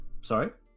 Sorry